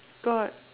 got